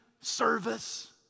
service